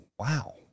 wow